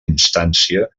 instància